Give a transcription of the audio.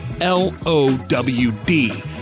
L-O-W-D